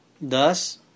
Thus